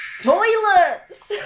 toilets!